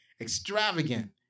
extravagant